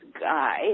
guy